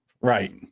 Right